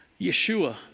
Yeshua